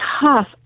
tough